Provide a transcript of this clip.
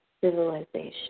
civilization